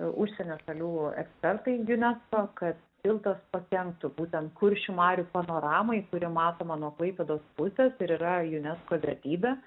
užsienio šalių ekspertai unesco kad tiltas pakenktų būtent kuršių marių panoramai kuri matoma nuo klaipėdos pusės ir yra unesco vertybė